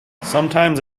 sometimes